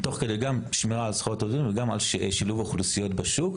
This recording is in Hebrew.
תוך כדי גם שמירה על זכויות עובדים וגם על שילוב אוכלוסיות בשוק,